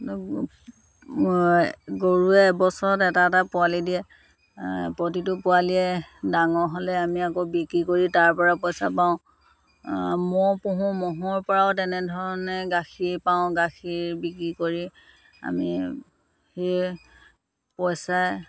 গৰুৱে এবছৰত এটা এটা পোৱালি দিয়ে প্ৰতিটো পোৱালীয়ে ডাঙৰ হ'লে আমি আকৌ বিক্ৰী কৰি তাৰ পৰা পইচা পাওঁ ম'হ পুহোঁ ম'হৰ পৰাও তেনেধৰণে গাখীৰ পাওঁ গাখীৰ বিক্ৰী কৰি আমি সেই পইচাই